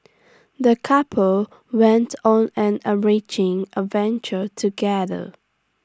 the couple went on an enriching adventure together